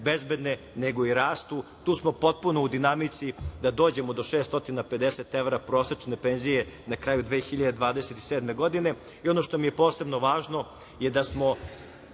bezbedne, nego i rastu. Tu smo potpuno u dinamici da dođemo do 650 evra prosečne penzije na kraju 2027. godine. Ono što mi je posebno važno je da smo